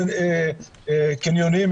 קניונים,